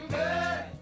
good